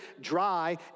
dry